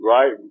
Right